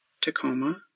Tacoma